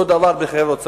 אותו דבר בחברות סלולר,